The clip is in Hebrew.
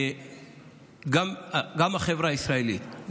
גם החברה הישראלית,